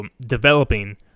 developing